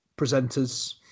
presenters